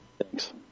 Thanks